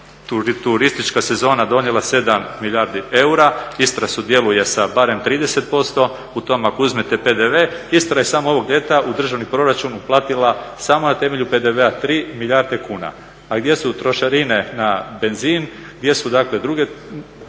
turistička sezona donijela 7 milijardi eura, Istra sudjeluje sa barem 30%, u tom ako uzmete PDV Istra je samo ovog ljeta u državni proračun uplatila samo na temelju PDV-a 3 milijarde kuna, a gdje su trošarine na benzin, gdje su dakle druge